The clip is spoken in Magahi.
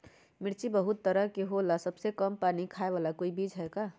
मिर्ची बहुत तरह के होला सबसे कम पानी खाए वाला कोई बीज है का?